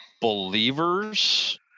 believers